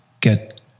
get